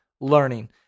learning